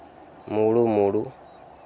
మూడు మూడు